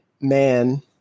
man